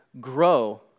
grow